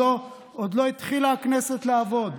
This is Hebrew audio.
עוד לא התחילה הכנסת לעבוד,